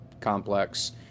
complex